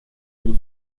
will